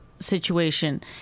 Situation